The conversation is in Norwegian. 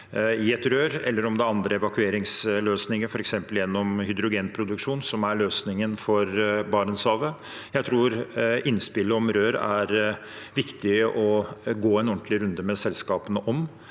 olje- og gassvirksomhet andre evakueringsløsninger, f.eks. gjennom hydrogenproduksjon, som er løsningen for Barentshavet. Jeg tror innspillet om rør er viktig å gå en ordentlig runde med selskapene på.